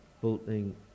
bolting